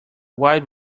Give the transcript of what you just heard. wide